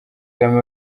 paul